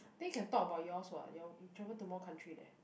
I think can talk about yours what your you travel to more country leh